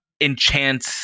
enchant